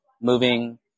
moving